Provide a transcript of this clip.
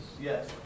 Yes